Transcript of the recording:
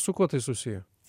su kuo tai susiję